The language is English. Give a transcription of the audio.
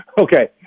okay